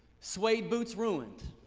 suede boots ruined.